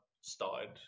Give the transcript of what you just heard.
started